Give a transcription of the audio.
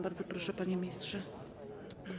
Bardzo proszę, panie ministrze.